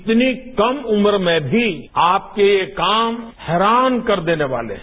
इतनी कम उम्र में भी आपके काम हैरान कर देने वाले हैं